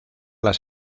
las